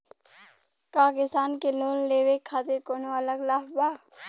का किसान के लोन लेवे खातिर कौनो अलग लाभ बा?